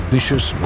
Vicious